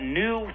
new